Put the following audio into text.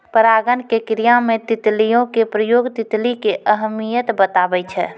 परागण के क्रिया मे तितलियो के प्रयोग तितली के अहमियत बताबै छै